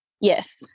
Yes